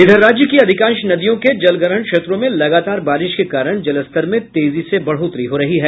इधर राज्य की अधिकांश नदियों के जलग्रहण क्षेत्रों में लगातार बारिश के कारण जलस्तर में तेजी से बढ़ोतरी हो रही है